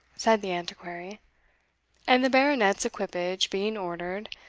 said the antiquary and the baronet's equipage being ordered,